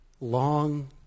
long